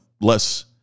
less